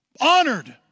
Honored